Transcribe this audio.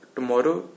Tomorrow